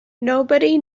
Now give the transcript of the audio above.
nobody